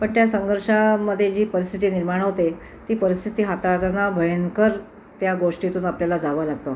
पण त्या संघर्षामध्ये जी परिस्थिती निर्माण होते ती परिस्थिती हाताळताना भयंकर त्या गोष्टीतून आपल्याला जावं लागतं